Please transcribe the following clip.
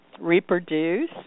reproduce